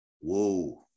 Whoa